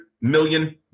million